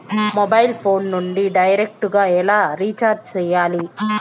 mobile phone నుండి direct గా ఎలా రీచార్జి సేయాలి